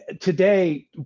today